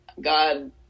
God